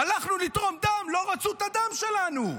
הלכנו לתרום דם, לא רצו את הדם שלנו.